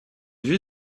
vue